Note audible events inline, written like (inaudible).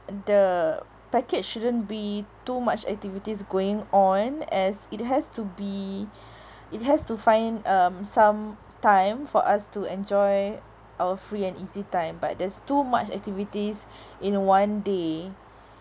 the package shouldn't be too much activities going on as it has to be (breath) it has to find um some time for us to enjoy our free and easy time but there's too much activities in one day